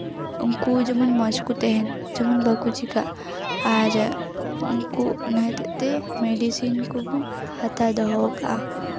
ᱩᱱᱠᱩ ᱡᱮᱢᱚᱱ ᱢᱚᱡᱽ ᱠᱚ ᱛᱟᱦᱮᱱ ᱡᱮᱢᱚᱱ ᱵᱟᱠᱚ ᱪᱤᱠᱟᱹᱜ ᱟᱨ ᱩᱱᱠᱩ ᱚᱱᱟ ᱦᱚᱛᱮᱫ ᱛᱮ ᱢᱮᱰᱤᱥᱤᱱ ᱠᱚᱵᱚᱱ ᱦᱟᱛᱟᱣ ᱫᱚᱦᱚ ᱠᱟᱜᱼᱟ